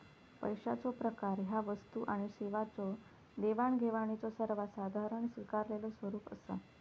पैशाचो प्रकार ह्या वस्तू आणि सेवांच्यो देवाणघेवाणीचो सर्वात साधारण स्वीकारलेलो स्वरूप असा